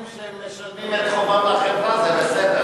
אבל בבית הזה אומרים שהם משלמים את חובם לחברה וזה בסדר.